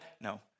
No